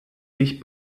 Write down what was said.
sich